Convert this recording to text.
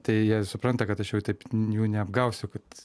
tai jie supranta kad aš jau taip jų neapgausiu kad